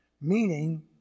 Meaning